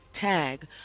tag